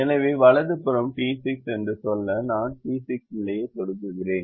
எனவே வலது புறம் டி 6 என்று சொல்ல நான் டி 6 நிலையை சொடுக்கிறேன்